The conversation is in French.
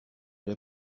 elle